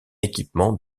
équipement